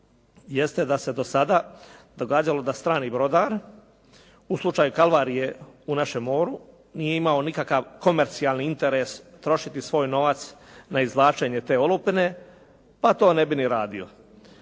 jeste da se do sada događalo da strani brodar u slučaju kalvarije u našem moru nije imao nikakav komercijalni interes trošiti svoj novac na izvlačenje te olupine a to ne bi ni radio.